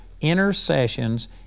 intercessions